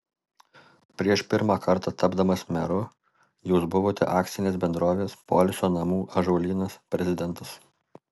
prieš pirmą kartą tapdamas meru jūs buvote akcinės bendrovės poilsio namų ąžuolynas prezidentas